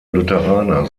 lutheraner